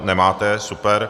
Nemáte, super.